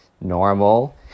normal